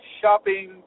shopping